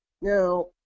Now